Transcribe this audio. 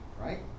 right